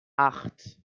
acht